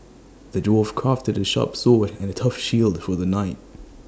the dwarf crafted A sharp sword and A tough shield for the knight